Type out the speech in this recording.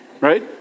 Right